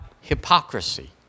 hypocrisy